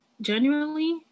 Genuinely